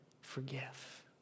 forgive